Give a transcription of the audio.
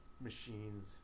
machines